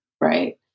right